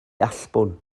allbwn